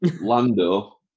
Lando